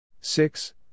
six